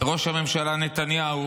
וראש הממשלה נתניהו